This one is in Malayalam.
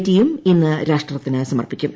ടി യും ഇന്ന് രാഷ്ട്രത്തിന് സമർപ്പിക്കും